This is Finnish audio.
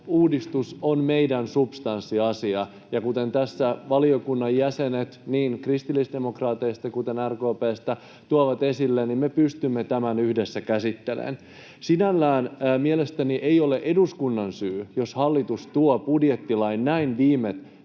uudistus on meidän substanssiasia, ja kuten tässä valiokunnan jäsenet niin kristillisdemokraateista kuin RKP:stä tuovat esille, niin me pystymme tämän yhdessä käsittelemään. Sinällään mielestäni ei ole eduskunnan syy, jos hallitus tuo budjettilain näin viime